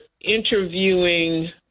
interviewing